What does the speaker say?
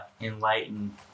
enlightened